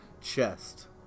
chest